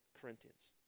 Corinthians